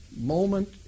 moment